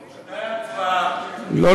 לא,